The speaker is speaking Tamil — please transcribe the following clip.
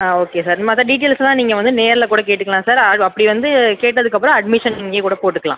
ஆ ஓகே சார் மற்ற டீட்டெயில்ஸ்ஸெலாம் நீங்கள் வந்து நேரில் கூட கேட்டுக்கலாம் சார் அது அப்படி வந்து கேட்டதுக்கு அப்புறம் அட்மிஷன் இங்கேயே கூட போட்டுக்கலாம்